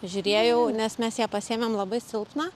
žiūrėjau nes mes ją pasiėmėm labai silpną